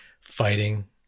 fighting